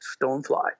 stonefly